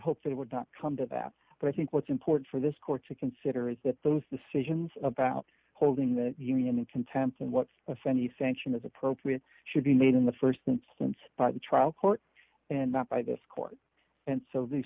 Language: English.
hope that it would not come to that but i think what's important for this court to consider is that those decisions about holding the union in contempt and what if any sanction is appropriate should be made in the st instance by the trial court and not by this court and so these